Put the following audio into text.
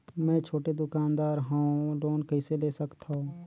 मे छोटे दुकानदार हवं लोन कइसे ले सकथव?